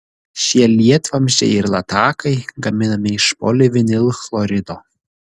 šie lietvamzdžiai ir latakai gaminami iš polivinilchlorido